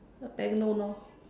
bank loan orh